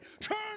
Turn